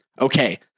Okay